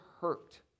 hurt